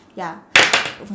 ya